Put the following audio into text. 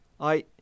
I